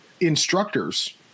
instructors